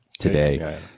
today